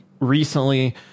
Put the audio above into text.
recently